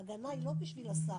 ההגנה היא לא בשביל השר,